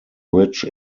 rich